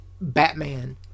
Batman